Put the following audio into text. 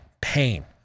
pain